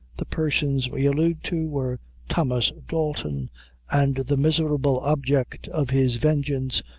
the persons we allude to were thomas dalton and the miserable object of his vengeance,